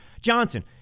Johnson